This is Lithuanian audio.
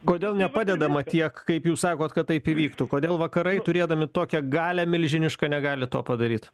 kodėl nepadedama tiek kaip jūs sakot kad taip įvyktų kodėl vakarai turėdami tokią galią milžinišką negali to padaryt